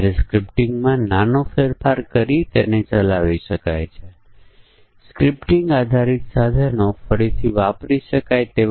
તેથી અહીં આપણે ઇનપુટ જોઈએ છીએ અને આપણે તેમને કારણો તરીકે કહીએ છીએ અને અસર તરીકે આઉટપુટ લઈએ છીયે